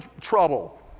trouble